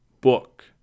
book